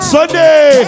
Sunday